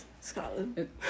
Scotland